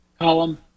column